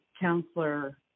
counselor